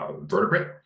vertebrate